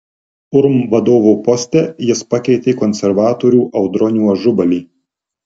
urm vadovo poste jis pakeitė konservatorių audronių ažubalį